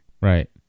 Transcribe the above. right